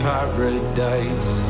Paradise